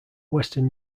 western